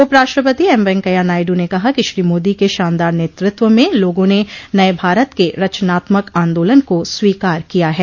उपराष्ट्रपति एम वेंकैया नायडू ने कहा कि श्री मोदी के शानदार नेतृत्व में लोगों ने नये भारत के रचनात्मक आंदोलन को स्वीकार किया है